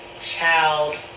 child